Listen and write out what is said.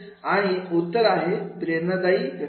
आणि उत्तर आहे प्रेरणादायी प्रक्रिया